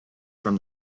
from